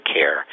care